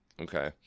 Okay